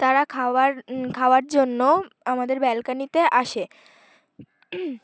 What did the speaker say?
তারা খাবার খাওয়ার জন্য আমাদের ব্যালকানিতে আসে